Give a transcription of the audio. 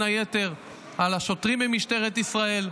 בין היתר על השוטרים ממשטרת ישראל,